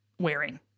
wearing